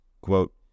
quote